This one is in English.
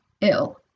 ill